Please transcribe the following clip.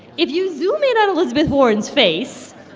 if you zoom in on elizabeth warren's face,